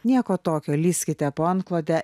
nieko tokio lįskite po antklode